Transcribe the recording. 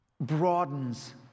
broadens